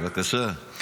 בבקשה.